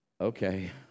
Okay